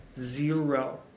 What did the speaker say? zero